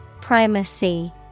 Primacy